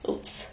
!oops!